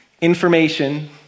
information